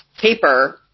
paper